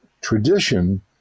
tradition